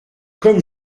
comme